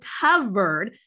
covered